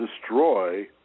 destroy